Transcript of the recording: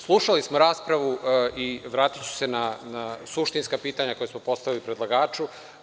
Slušali smo raspravu i vratiću se na suštinska pitanja koja smo postavili predlagaču.